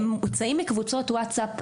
הם נמצאים בקבוצות וואטסאפ,